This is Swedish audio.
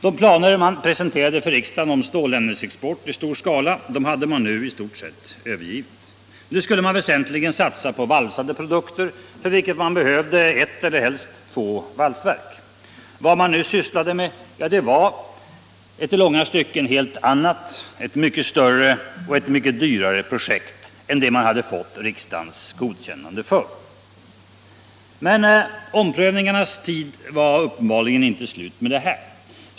De planer man presenterat för riksdagen om stålämnesexport i stor skala hade man nu i stort sett övergivit. Nu skulle man väsentligen satsa på valsade produkter, för vilket man behövde ett eller helst två valsverk. Vad man nu sysslade med var i långa stycken ett helt annat, mycket större och mycket dyrare projekt än det man hade fått riksdagens godkännande för. Men omprövningarnas tid var uppenbarligen inte slut med detta.